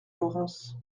laurence